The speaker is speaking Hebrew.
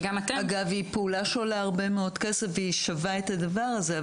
אגב זו פעולה שעולה הרבה מאוד כסף והיא שווה את הדבר הזה,